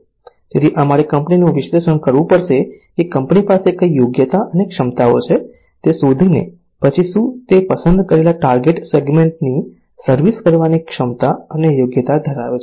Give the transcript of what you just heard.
તેથી અમારે કંપનીનું વિશ્લેષણ કરવું પડશે કે કંપની પાસે કઈ યોગ્યતા અને ક્ષમતાઓ છે તે શોધી ને પછી શું તે પસંદ કરેલા ટાર્ગેટ સેગમેન્ટની સર્વિસ કરવાની ક્ષમતા અને યોગ્યતા ધરાવે છે